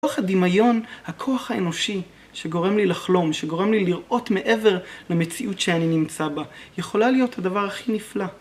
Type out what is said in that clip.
הכוח הדמיון, הכוח האנושי, שגורם לי לחלום, שגורם לי לראות מעבר למציאות שאני נמצא בה, יכולה להיות הדבר הכי נפלא.